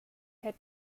had